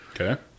Okay